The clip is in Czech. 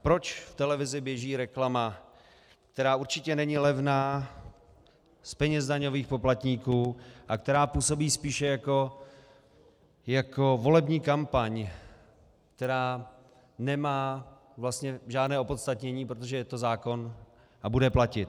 Proč v televizi běží reklama, která určitě není levná, z peněz daňových poplatníků, a která působí spíše jako volební kampaň, která nemá vlastně žádné opodstatnění, protože je to zákon a bude platit?